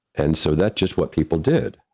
and so that's just what people did.